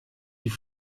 die